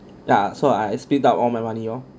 ya so I I split up all my money lor